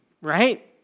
right